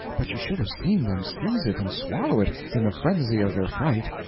but you should have seen them seize it and swallow it, in the frenzy of their fright,